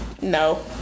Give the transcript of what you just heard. no